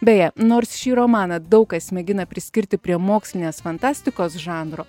beje nors šį romaną daug kas mėgina priskirti prie mokslinės fantastikos žanro